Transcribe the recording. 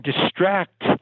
distract